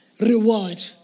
reward